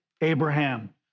Abraham